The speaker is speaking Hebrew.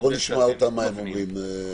בואו נשמע מה הם אומרים.